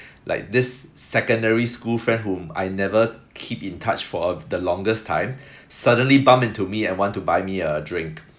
like this secondary school friend whom I never keep in touch for a the longest time suddenly bump into me and want to buy me a drink